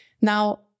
Now